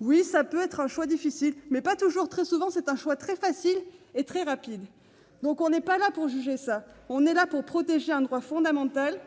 l'être. Ce peut être un choix difficile, mais pas toujours. Très souvent, c'est un choix très facile et très rapide. Nous ne sommes pas là pour en juger. Nous sommes là pour protéger un droit fondamental.